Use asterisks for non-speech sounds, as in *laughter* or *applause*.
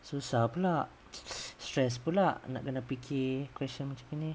susah pula *noise* stress pula nak fikir questions begini